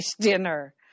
dinner